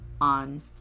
On